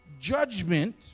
judgment